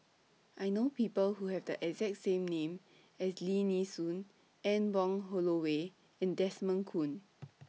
I know People Who Have The exact name as Lim Nee Soon Anne Wong Holloway and Desmond Kon